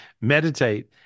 Meditate